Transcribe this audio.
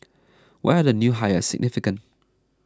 why are the new hires significant